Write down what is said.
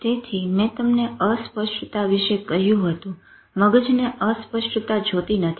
તેથી મેં તમને અસ્પષ્ટતા વિશે કહ્યું હતું મગજને અસ્પષ્ટતા જોતી નથી